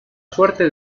suerte